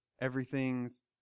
Everything's